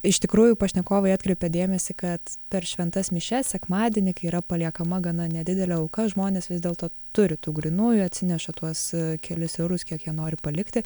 iš tikrųjų pašnekovai atkreipia dėmesį kad per šventas mišias sekmadienį kai yra paliekama gana nedidelė auka žmonės vis dėlto turi tų grynųjų atsineša tuos kelis eurus kiek jie nori palikti